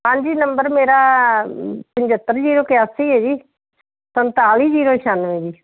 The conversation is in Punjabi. ਹਾਂਜੀ ਨੰਬਰ ਮੇਰਾ ਪੰਝੱਤਰ ਜੀਰੋ ਇਕਾਸੀ ਹੈ ਜੀ ਪੰਜਤਾਲੀ ਜੀਰੋ ਛਿਆਨਵੇਂ ਜੀ